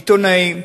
עיתונאים,